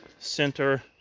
center